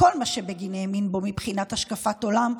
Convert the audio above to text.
כל מה שבגין האמין בו מבחינת השקפת עולם,